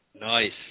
Nice